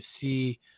see